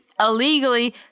Illegally